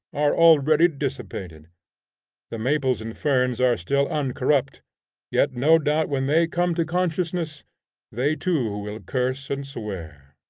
are already dissipated the maples and ferns are still uncorrupt yet no doubt when they come to consciousness they too will curse and swear.